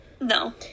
No